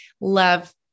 love